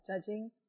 judging